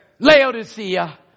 Laodicea